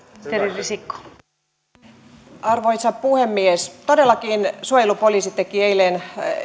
arvoisa puhemies suojelupoliisi todellakin eilen